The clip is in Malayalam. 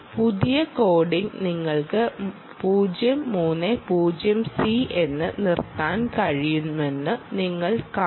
പുതിയ കോഡിന് നിങ്ങൾക്ക് 0 3 0 C എന്ന് നിർത്താൻ കഴിയുമെന്ന് നിങ്ങൾ കാണും